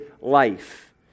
life